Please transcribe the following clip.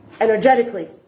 Energetically